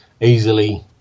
easily